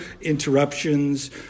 interruptions